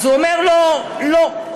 אז הוא אומר לו: לא.